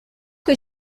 que